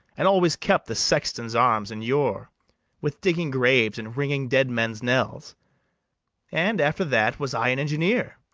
and always kept the sexton's arms in ure with digging graves and ringing dead men's knells and, after that, was i an engineer,